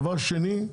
דבר שני,